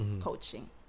coaching